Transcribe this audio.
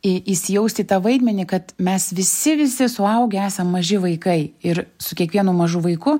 į įsijaust į tą vaidmenį kad mes visi visi suaugę esam maži vaikai ir su kiekvienu mažu vaiku